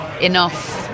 enough